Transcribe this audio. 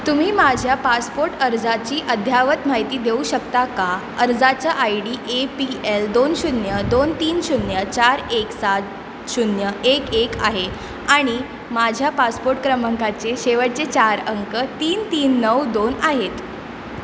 तुम्ही माझ्या पासपोर्ट अर्जाची अद्ययावत माहिती देऊ शकता का अर्जाचं I D A P L दोन शून्य दोन तीन शून्य चार एक सात शून्य एक एक आहे आणि माझ्या पासपोर्ट क्रमांकाचे शेवटचे चार अंक तीन तीन नऊ दोन आहेत